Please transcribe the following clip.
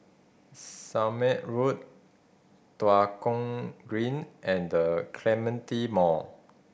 Somme Road Tua Kong Green and The Clementi Mall